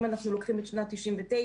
אם אנחנו לוקחים את שנת 99',